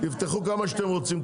שיפתחו כמה שהם רוצים.